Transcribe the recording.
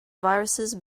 viruses